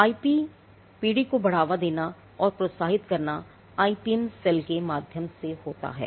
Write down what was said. IP पीढ़ी को बढ़ावा देना और प्रोत्साहित करना आईपीएम सेल के माध्यम से होता है